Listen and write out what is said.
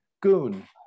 Goon